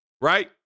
Right